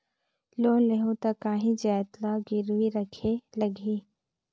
Loan लेहूं ता काहीं जाएत ला गिरवी रखेक लगही?